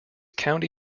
county